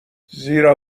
زیرا